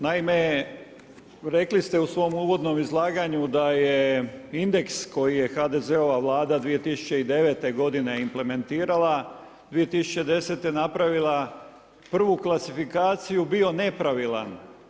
Naime, rekli ste u svom uvodnom izlaganju da je indeks koji je HDZ-ova Vlada 2009. godine implementirala 2010. napravila prvu klasifikaciju bio nepravilan.